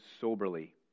soberly